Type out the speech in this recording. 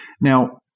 Now